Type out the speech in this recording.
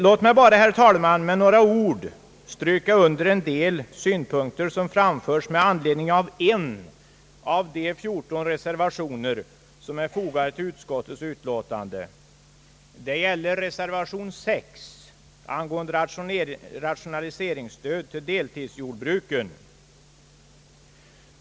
Låt mig bara, herr talman, med några ord stryka under en del synpunkter som framförts med anledning av en av de reservationer som är fogade till utskottets utlåtande. Detta gäller reservation 6 angående rationaliseringsstöd till deltidsjordbruken.